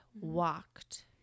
walked